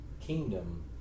kingdom